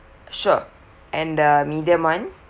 sure and the medium one